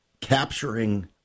capturing